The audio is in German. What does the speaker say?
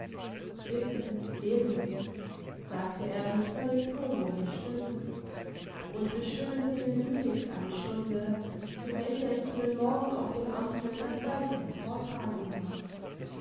bitte lesen sie sagte er mit völlig tonloser stimme und bestimmen sie mir gütigst eine stunde zu welcher ich ihnen morgen auf dem amte das weitere vortragen darf